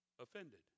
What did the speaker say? offended